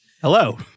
Hello